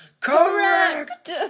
Correct